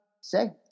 say